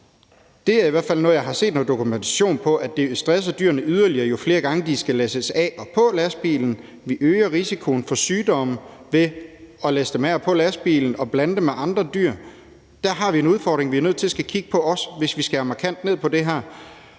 jeg har i hvert fald set noget dokumentation på, at det stresser dyrene yderligere, jo flere gange de skal læsses af og på lastbilen, og at vi øger risikoen for sygdomme ved at læsse dem af og på lastbilen og blande dem med andre dyr. Der har vi en udfordring, vi er nødt til også at skulle kigge på, hvis vi skærer markant ned på det her.